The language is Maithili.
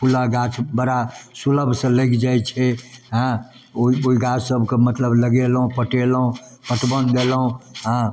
फूलके गाछ बड़ा सुलभसँ लागि जाइ छै हँ ओहि गाछसबके मतलब लगेलहुँ पटेलहुँ पटवन देलहुँ हँ